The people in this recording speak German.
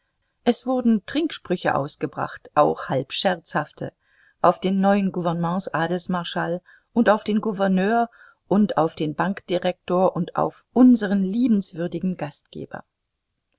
es wurden trinksprüche ausgebracht auch halb scherzhafte auf den neuen gouvernements adelsmarschall und auf den gouverneur und auf den bankdirektor und auf unsern liebenswürdigen gastgeber